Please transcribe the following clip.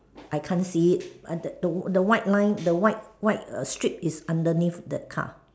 I can't see it uh that the the white line the white white strip is underneath that car